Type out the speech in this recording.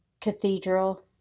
cathedral